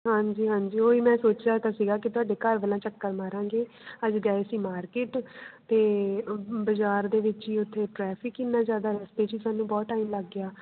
ਹਾਂਜੀ ਹਾਂਜੀ ਉਹੀ ਮੈਂ ਸੋਚਿਆ ਤਾਂ ਸੀਗਾ ਕਿ ਤੁਹਾਡੇ ਘਰ ਵੱਲਾ ਚੱਕਰ ਮਾਰਾਂਗੇ ਅੱਜ ਗਏ ਸੀ ਮਾਰਕੀਟ ਅਤੇ ਬਾਜ਼ਾਰ ਦੇ ਵਿੱਚ ਹੀ ਉੱਥੇ ਟ੍ਰੈਫਿਕ ਇੰਨਾ ਜ਼ਿਆਦਾ ਰਸਤੇ 'ਚ ਹੀ ਸਾਨੂੰ ਬਹੁਤ ਟਾਈਮ ਲੱਗ ਗਿਆ